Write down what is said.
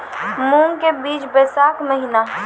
मूंग के बीज बैशाख महीना